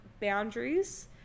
boundaries